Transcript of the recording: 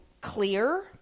clear